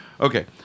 Okay